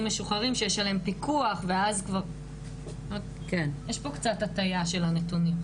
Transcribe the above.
משוחררים שיש עליהם פיקוח ואז יש כאן קצת הטעייה של הנתונים.